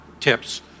tips